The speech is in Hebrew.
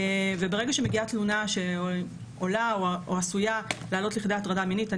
וברגע שמגיעה תלונה שעולה או עשויה לעלות לכדי הטרדה מינית אני